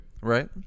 right